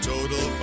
Total